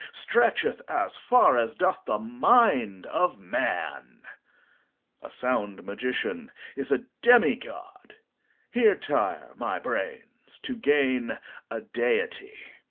stretcheth as far as doth the mind of man a sound magician is a demigod here tire, my brains, to gain a deity.